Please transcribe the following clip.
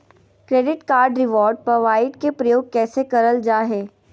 Credit card reward point के प्रयोग कैसे करल जा है?